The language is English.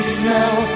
smell